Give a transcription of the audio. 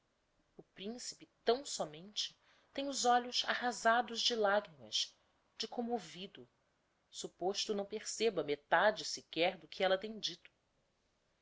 o principe tão sómente tem os olhos arrazados de lagrimas de commovido supposto não perceba metade sequer do que ella tem dito